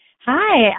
Hi